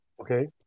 Okay